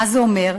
מה זה אומר?